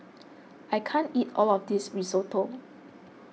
I can't eat all of this Risotto